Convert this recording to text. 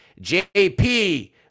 JP